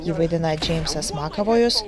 jį vaidina džeimsas makavojus